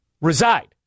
reside